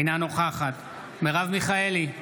אינה נוכחת מרב מיכאלי,